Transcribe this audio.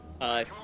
Hi